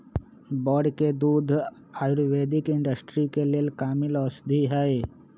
बड़ के दूध आयुर्वैदिक इंडस्ट्री के लेल कामिल औषधि हई